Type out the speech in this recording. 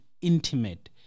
intimate